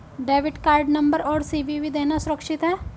Debit card number और CVV देना सुरक्षित है?